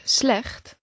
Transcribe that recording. slecht